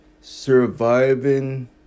Surviving